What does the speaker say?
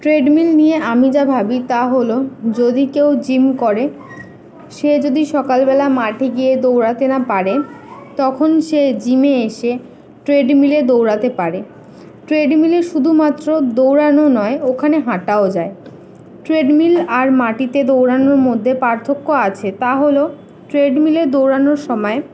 trade মিল নিয়ে আমি যা ভাবি তা হলো যদি কেউ জিম করে সে যদি সকালবেলা মাঠে গিয়ে দৌড়াতে না পারে তখন সে জিমে এসে ট্রেড মিলে দৌড়াতে পারে ট্রেড মিলে শুধুমাত্র দৌড়ানো নয় ওখানে হাঁটাও যায় ট্রেড মিল আর মাটিতে দৌড়ানোর মধ্যে পার্থক্য আছে তা হলো ট্রেড মিলে দৌড়ানোর সময়